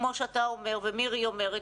כמו שאתה ומירי אומרים,